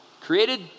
Created